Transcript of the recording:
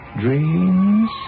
dreams